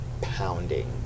pounding